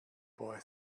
boy